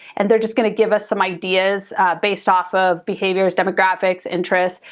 and they're just gonna give us some ideas based off of behaviors, demographics, interests.